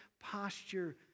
posture